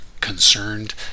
concerned